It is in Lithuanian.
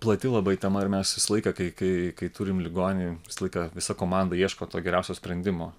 plati labai tema ir mes visą laiką kai kai kai turim ligoninį visą laiką visa komanda ieško to geriausio sprendimo